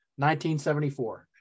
1974